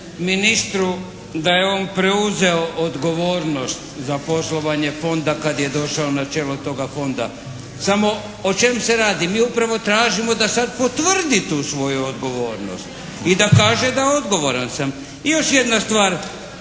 ministru da je on preuzeo odgovornost za poslovanje fonda kad je došao na čelo toga fonda, samo o čemu se radi. Mi upravo tražimo da sad potvrdi tu svoju odgovornost i da kaže da odgovoran sam. I još jedna stvar,